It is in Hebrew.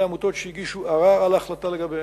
עמותות שהגישו ערר על ההחלטה לגביהן.